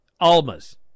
Almas